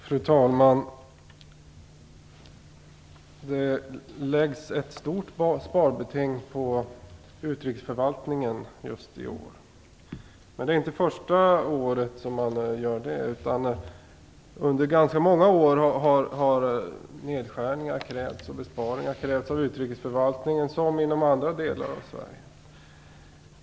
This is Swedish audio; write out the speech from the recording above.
Fru talman! Det läggs ett stort sparbeting på utrikesförvaltningen i år. Det är inte första året som man gör det. Nedskärningar och besparingar av utrikesförvaltningen har krävts under ganska många år, precis som på många andra områden i Sverige.